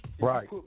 Right